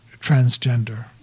transgender